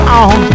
on